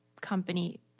company